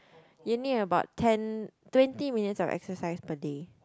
you need about ten twenty minutes of exercise per day